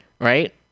right